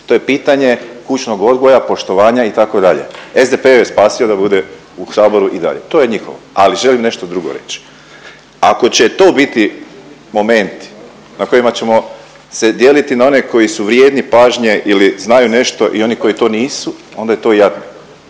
To je pitanje kućnog odgoja, poštovanja itd.. SDP je spasio da bude u Saboru i dalje, to je njihovo. Ali želim nešto drugo reći, ako će to biti moment na kojima ćemo se dijeliti na one koji su vrijedni pažnje ili znaju nešto i oni koji to nisu onda je to jadno.